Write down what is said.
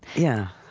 yeah.